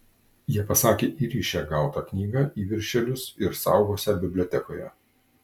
jie pasakė įrišią gautą knygą į viršelius ir saugosią bibliotekoje